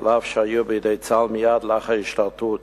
אף שהיו בידי צה"ל מייד לאחר ההשתלטות,